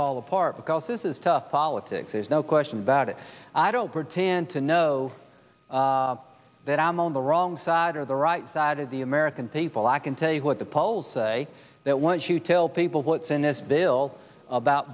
fall apart because this is tough politics there's no question about it i don't pretend to know that i'm on the wrong side or the right side of the american people i can tell you what the polls say that once you till people what's in this bill about